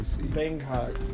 Bangkok